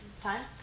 Time